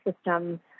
Systems